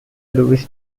louis